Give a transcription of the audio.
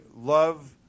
love